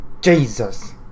Jesus